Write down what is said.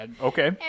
okay